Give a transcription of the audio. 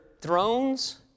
thrones